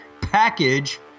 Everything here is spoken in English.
package